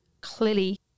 clearly